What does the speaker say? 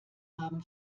haben